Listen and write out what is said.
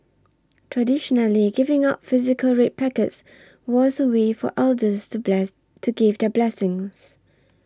traditionally giving out physical red packets was a way for elders to bless to give their blessings